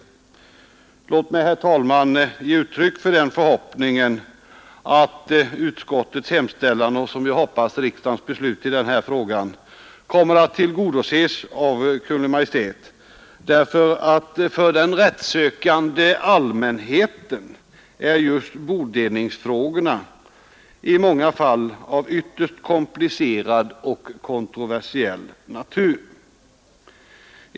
Låt mig, herr talman, ge uttryck för förhoppningen att utskottets hemställan, och som vi hoppas riksdagens beslut, i denna fråga kommer att tillgodoses av Kungl. Maj:t, ty för den rättssökande allmänheten är just bodelningsfrågorna i många fall av ytterst komplicerad och kontroversiell natur.